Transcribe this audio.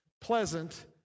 pleasant